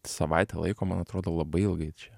savaitę laiko man atrodo labai ilgai čia